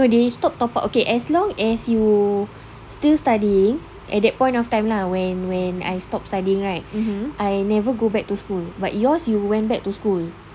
no they stop top up okay as long as you still studying at that point of time lah when when I stop studying right I never go back to school but yours you went back to school